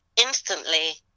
instantly